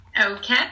Okay